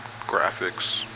graphics